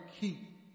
keep